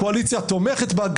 הקואליציה תומכת בה,